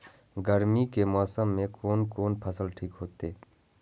गर्मी के मौसम में कोन कोन फसल ठीक होते?